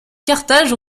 carthage